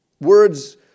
words